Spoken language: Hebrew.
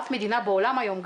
אף מדינה בעולם היום,